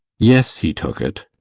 yes, he took it.